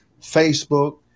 Facebook